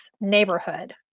neighborhood